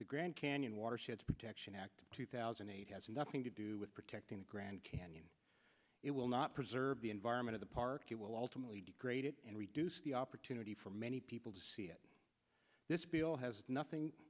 the grand canyon watersheds protection act of two thousand and eight has nothing to do with protecting the grand canyon it will not preserve the environment or the park it will ultimately degrade it and reduce the opportunity for many people to see that this bill has nothing